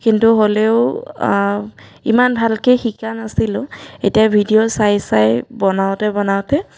কিন্তু হ'লেও ইমান ভালকৈ শিকা নাছিলোঁ এতিয়া ভিডিঅ' চাই চাই বনাওঁতে বনাওঁতে